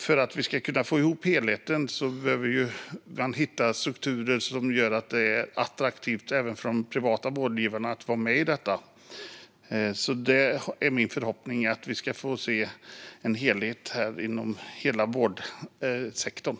För att vi ska få ihop helheten behöver man hitta strukturer som gör att det är attraktivt även för de privata vårdgivarna att vara med i detta, och min förhoppning är att vi ska få se en helhet inom hela vårdsektorn.